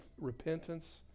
repentance